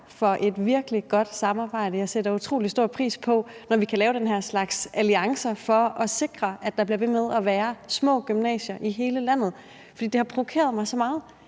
for et virkelig godt samarbejde. Jeg sætter utrolig stor pris på det, når vi kan lave den her slags alliancer for at sikre, at der bliver ved med at være små gymnasier i hele landet, for det har provokeret mig så meget,